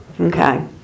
Okay